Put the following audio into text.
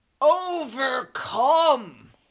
overcome